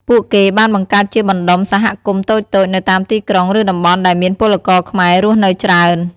ពួកគេបានបង្កើតជាបណ្ដុំសហគមន៍តូចៗនៅតាមទីក្រុង ឬតំបន់ដែលមានពលករខ្មែររស់នៅច្រើន ។